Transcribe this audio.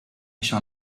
shall